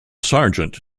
sergeant